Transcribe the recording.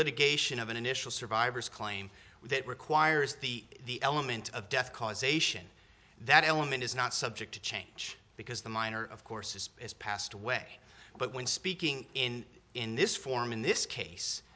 litigation of an initial survivors claim that requires the element of death causation that element is not subject to change because the minor of course is is passed away but when speaking in in this form in this case